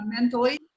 mentally